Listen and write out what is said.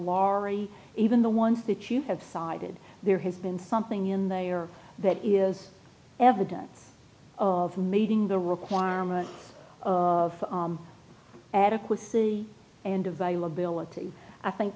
lhari even the ones that you have sided there has been something in they are that is evidence of meeting the requirement of adequacy and availability i think